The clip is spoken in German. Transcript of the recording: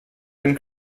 den